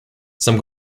some